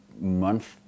month